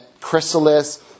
chrysalis